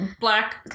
Black